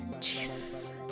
Jesus